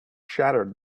shattered